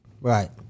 right